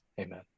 Amen